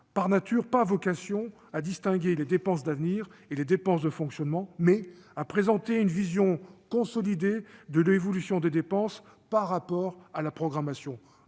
il a donc pour vocation non à distinguer les dépenses d'avenir et les dépenses de fonctionnement, mais à présenter une vision consolidée de l'évolution des dépenses par rapport à la programmation.